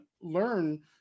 learn